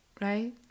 right